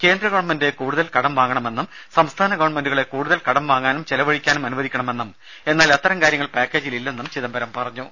കേന്ദ്ര ഗവൺമെന്റ് കൂടുതൽ കടം വാങ്ങണമെന്നും സംസ്ഥാന ഗവൺമെന്റുകളെ കൂടുതൽ കടം വാങ്ങാനും ചെലവഴിക്കാനും അനുവദിക്കണമെന്നും എന്നാൽ അത്തരം കാര്യങ്ങൾ പാക്കേജിൽ ഇല്ലെന്നും ചിദംബരം പറഞ്ഞു